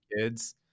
kids